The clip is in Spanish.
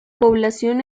población